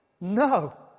No